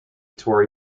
tory